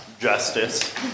justice